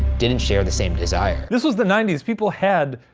didn't share the same desire. this was the ninety s, people had,